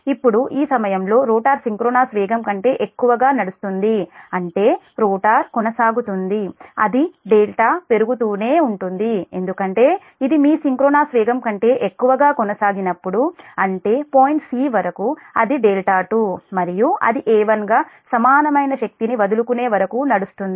ఇప్పుడు ఈ సమయంలో రోటర్ సింక్రోనస్ వేగం కంటే ఎక్కువగా నడుస్తుంది అంటే రోటర్ కొనసాగుతుంది అది δ పెరుగుతూనే ఉంటుంది ఎందుకంటే ఇది మీ సింక్రోనస్ వేగం కంటే ఎక్కువగా కొనసాగినప్పుడు అంటే పాయింట్ c వరకు అది δ2 మరియు అది A1 గా సమానమైన శక్తిని వదులుకునే వరకు నడుస్తుంది